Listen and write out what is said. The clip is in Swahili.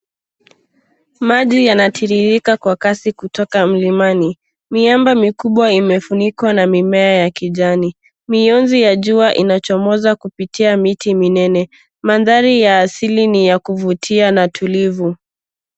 Maji yanatiririka kwa kasi kutoka mlimani. Miamba mikubwa imefunikwa na mimea ya kijani. Mionzo ya jua inachomoza kupitia miti minene. Maandhari ya asili ni ya kuvutia na tulivu.